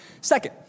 Second